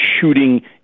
shooting